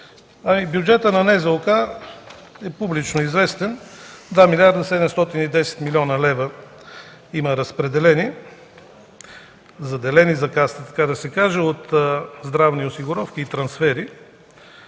Бюджетът на НЗОК е публично известен – 2 млрд. 710 млн. лв. има разпределени, заделени за Касата, така да се каже, от здравни осигуровки и трансфери.